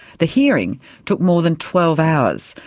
the hearing took more than twelve hours,